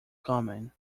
coming